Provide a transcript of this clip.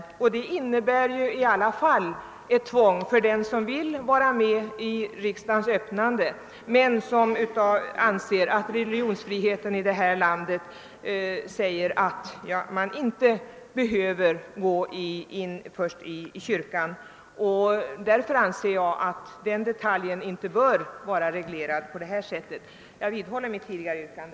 Detta innebär ju ett tvång för den som vill vara med vid riksdagens öppnande, även om religionsfriheten i detta land innebär att man inte behöver gå i kyrkan. Därför anser jag att den detaljen inte bör vara reglerad på detta sätt. Jag vidhåller mitt tidigare yrkande.